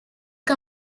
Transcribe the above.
que